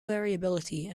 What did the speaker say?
variability